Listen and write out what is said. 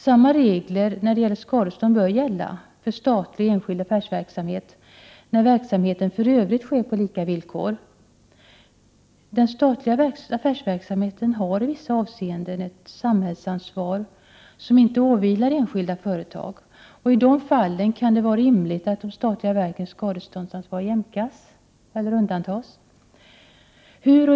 Samma regler när det gäller skadestånd bör gälla för statlig som för enskild affärsverksamhet när verksamheten för övrigt sker på lika villkor. Den statliga affärsverksamheten har i vissa avseenden ett samhällsansvar som inte åvilar enskilda företag. I de fallen kan det vara rimligt att de statliga verkens skadeståndsansvar jämkas eller undantas.